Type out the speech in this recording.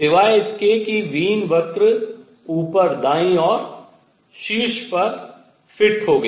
सिवाय इसके कि वीन वक्र ऊपर दाईं ओर शीर्ष पर फिट हो गया